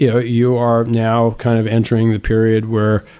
yeah you are now kind of entering the period where,